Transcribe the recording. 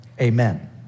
Amen